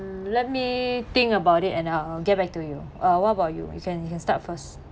mm let me think about it and I'll get back to you uh what about you you can you can start first